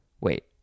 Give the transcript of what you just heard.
wait